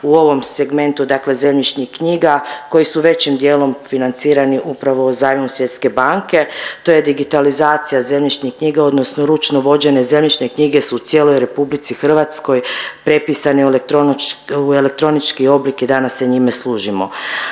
u ovom segmentu dakle zemljišnih knjiga koji su većim dijelom financirani upravo zajmom Svjetske banke. To je digitalizacija zemljišnih knjiga odnosno ručno vođene zemljišne knjige su u cijeloj RH prepisane u elektronički oblik i danas se njime služimo.